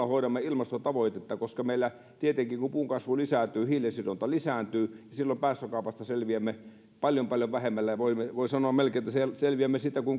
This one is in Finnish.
hoidamme ilmastotavoitetta koska meillä tietenkin kun puunkasvu lisääntyy hiilensidonta lisääntyy silloin päästökaupasta selviämme paljon paljon vähemmällä voi sanoa melkein että selviämme siitä kuin